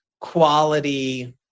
quality